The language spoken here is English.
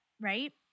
right